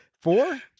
Four